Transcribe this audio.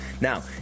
Now